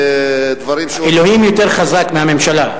זה דברים, אלוהים יותר חזק מהממשלה.